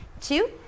two